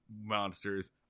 monsters